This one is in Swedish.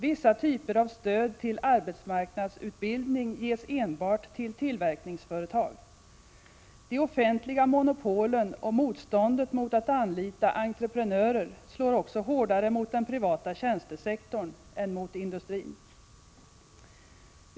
Vissa typer av stöd till arbetsmarknadsutbildning ges enbart till tillverkningsföretag. De offentliga monopolen och motståndet mot att anlita entreprenörer slår också hårdare mot den privata tjänstesektorn än mot industrin.